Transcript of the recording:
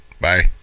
Bye